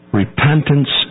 repentance